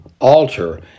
altar